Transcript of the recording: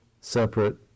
separate